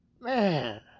Man